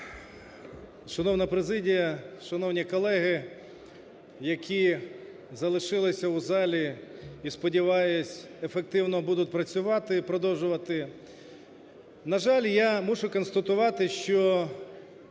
Шановна президія, шановні колеги, які залишилися у залі і, сподіваюся, ефективно будуть працювати, продовжувати. На жаль, я мушу констатувати, що